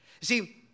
see